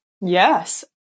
Yes